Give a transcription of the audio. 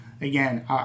again